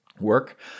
work